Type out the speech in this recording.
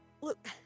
look